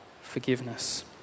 forgiveness